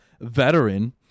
VETERAN